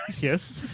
Yes